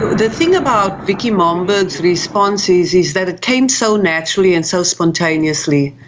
the thing about vicky momberg's response is is that it came so naturally and so spontaneously.